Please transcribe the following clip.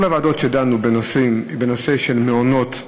כל הוועדות שדנו בנושא של מעונות,